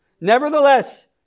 Nevertheless